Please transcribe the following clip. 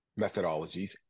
methodologies